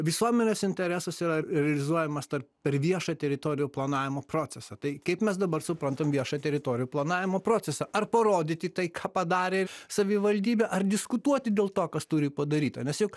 visuomenės interesas yra realizuojamas tarp per viešą teritorijų planavimo procesą tai kaip mes dabar suprantam viešą teritorijų planavimo procesą ar parodyti tai ką padarė savivaldybė ar diskutuoti dėl to kas turi padaryta nes juk